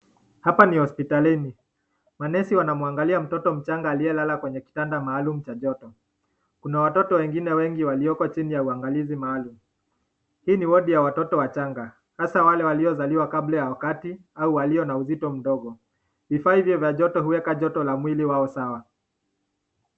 Hapa ni hospitalini. Walezi wanamwangalia mtoto mchanga aliyelala kwenye kitanda maalum cha joto. Kuna watoto wengine wengi walioko chini ya uangalizi maalum. Hii ni wodi ya watoto wachanga, hasa wale waliozaliwa kabla ya wakati au walio na uzito mdogo. Vifaa hivyo vya joto huweka joto la mwili wao sawa.